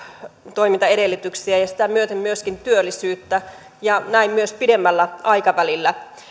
toimintaedellytyksiä ja sitä myöten myöskin työllisyyttä ja näin myös pidemmällä aikavälillä